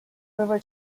river